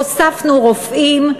הוספנו רופאים,